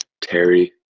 Terry